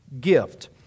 gift